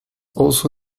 also